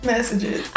messages